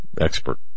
expert